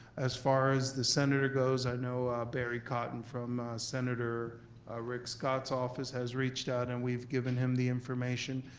as far as the senator goes, i know barry cotton from senator rick scott's office has reached out, and we've given him the information.